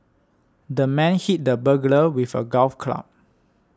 the man hit the burglar with a golf club